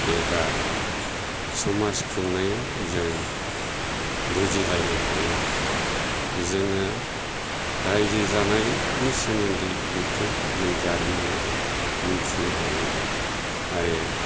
एबा समाज खुंनायाव जों बुजिलायनो हायो जोङो रायजो जानायनि सोमोन्दै बेखौ जों जारिमिनावबो मिनथिनो हायो आरो